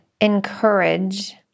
encourage